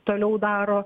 toliau daro